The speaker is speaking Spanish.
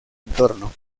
entorno